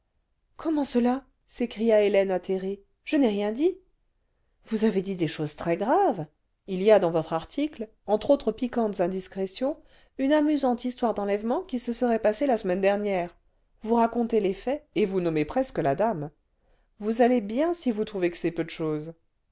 comment cela s'écria hélène atterrée je n'ai rien dit vous avez dit des choses très graves il y a dans votre article entre autres piquantes indiscrétions une amusante histoire d'enlèvement qui se serait passée la semaine dernière vous racontez les faits et vous nommez presque la dame vous allez bien si vous trouvez que c'est peu de chose